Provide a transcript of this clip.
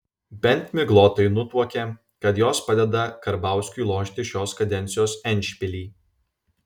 bent miglotai nutuokia kad jos padeda karbauskiui lošti šios kadencijos endšpilį